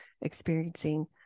experiencing